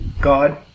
God